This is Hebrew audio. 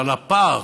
אבל הפער